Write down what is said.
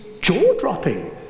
jaw-dropping